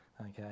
okay